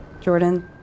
Jordan